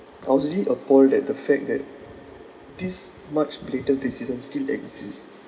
I was really appalled that the fact that this much blatant racism still exists